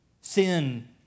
Sin